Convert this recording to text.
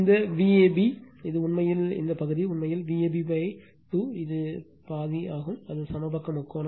இந்த Vab Vab இது உண்மையில் இந்த பகுதி உண்மையில் Vab 2 இது பாதி அது சமபக்க முக்கோணம்